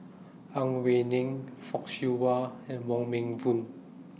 Ang Wei Neng Fock Siew Wah and Wong Meng Voon